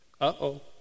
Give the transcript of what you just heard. Uh-oh